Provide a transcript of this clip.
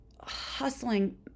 hustling